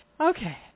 Okay